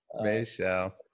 Michelle